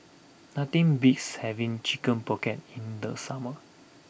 nothing beats having Chicken Pocket in the summer